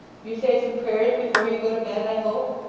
you say some prayers before you go to bed, i hope